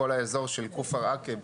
כל האזור של כפר עקב,